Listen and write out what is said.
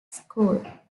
school